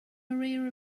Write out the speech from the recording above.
maria